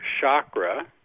chakra